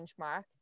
benchmark